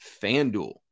FanDuel